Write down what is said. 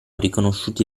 riconosciuti